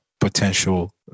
potential